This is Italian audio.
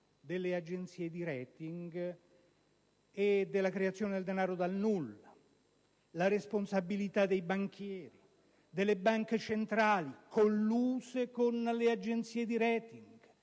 delle agenzie di *rating* e della creazione del danaro dal nulla; la responsabilità dei banchieri, delle banche centrali colluse con le agenzie di *rating*.